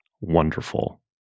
wonderful